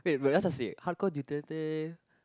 wait but hardcore